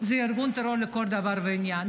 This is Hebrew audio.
זה ארגון טרור לכל דבר ועניין,